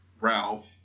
Ralph